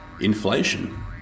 inflation